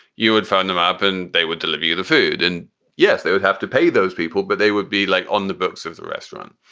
you would find them up and they would deliver you the food. and yes, they would have to pay those people, but they would be late like on the books of the restaurant.